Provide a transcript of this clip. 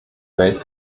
welt